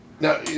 now